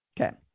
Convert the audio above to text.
Okay